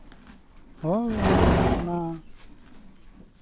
ᱦᱳᱭ ᱚᱱᱟ